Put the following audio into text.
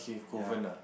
ya